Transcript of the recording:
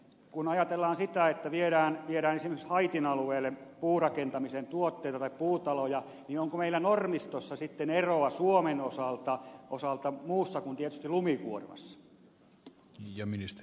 kun ajatellaan sitä että viedään esimerkiksi haitin alueelle puurakentamisen tuotteita tai puutaloja niin onko meillä normistossa sitten eroa suomen osalta muussa kuin tietysti lumikuormassa